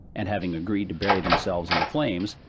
and having agreed to bury themselves in the flames,